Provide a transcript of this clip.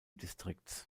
distrikts